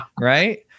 right